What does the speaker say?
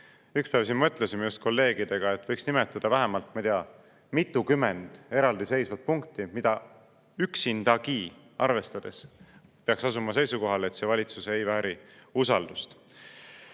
Ükspäev siin mõtlesime kolleegidega, et võiks nimetada vähemalt, ma ei tea, mitukümmend eraldiseisvat punkti, mida üksindagi arvestades peaks asuma seisukohale, et see valitsus ei vääri usaldust.